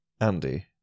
andy